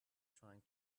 trying